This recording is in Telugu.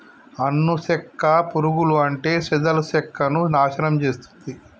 అను సెక్క పురుగులు అంటే చెదలు సెక్కను నాశనం చేస్తుంది